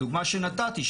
בדוגמה שנתתי,